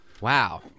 Wow